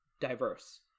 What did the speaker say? diverse